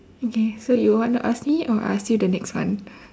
okay so you want to ask me or I ask you the next one